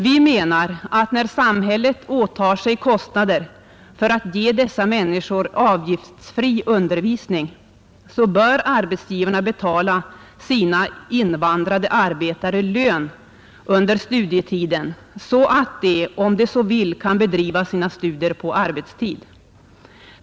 Vi menar att när samhället åtar sig kostnader för att ge dessa människor avgiftsfri undervisning, så bör arbetsgivarna betala sina invandrade arbetare lön under studietiden så att de, om de så vill, kan bedriva sina studier på arbetstid.